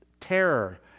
terror